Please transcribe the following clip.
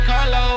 Carlo